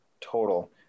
total